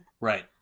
Right